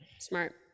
smart